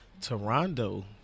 Toronto